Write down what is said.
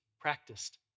practiced